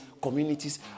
communities